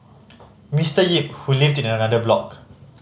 Mister Yip who lived in another block